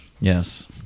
Yes